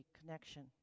connection